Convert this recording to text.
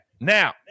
now